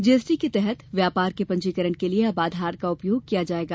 GST के तहत व्यापार के पंजीकरण के लिए अब आधार का उपयोग किया जाएगा